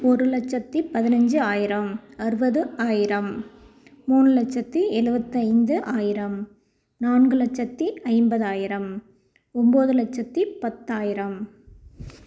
ஒரு லட்சத்து பதினைஞ்சி ஆயிரம் அறுபது ஆயிரம் மூணு லட்சத்து எழுபத்தைந்து ஆயிரம் நான்கு லட்சத்து ஐம்பதாயிரம் ஒம்பது லட்சத்து பத்தாயிரம்